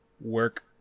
work